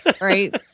Right